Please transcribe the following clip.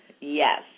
Yes